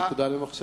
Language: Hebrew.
זו נקודה למחשבה.